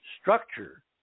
structure